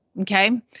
Okay